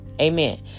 Amen